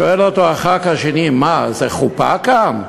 שואל אותו חבר הכנסת השני: מה, זה חופה כאן?